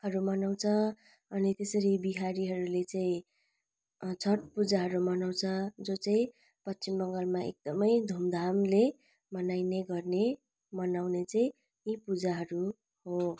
हरू मनाउँछ अनि त्यसरी बिहारीहरूले चाहिँ छट पूजाहरू मनाउँछ जो चाहिँ पश्चिम बङ्गालमा एकदमै धुमधामले मनाइने गर्ने मनाउने चाहिँ यी पूजाहरू हो